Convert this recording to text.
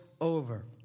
over